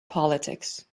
politics